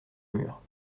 mur